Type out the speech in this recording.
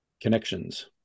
connections